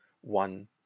one